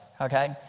Okay